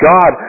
God